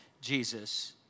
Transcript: Jesus